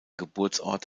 geburtsort